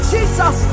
Jesus